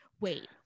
wait